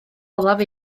olaf